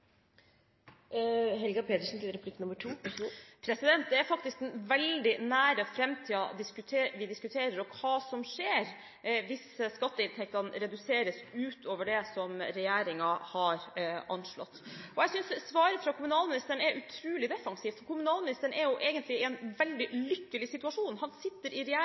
Det er faktisk den veldig nære framtiden vi diskuterer – og hva som skjer hvis skatteinntektene reduseres utover det som regjeringen har anslått. Jeg synes svaret fra kommunalministeren er utrolig defensivt. Kommunalministeren er egentlig i en veldig lykkelig situasjon. Han sitter i regjering